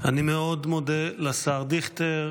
אני מאוד מודה לשר דיכטר.